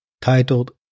titled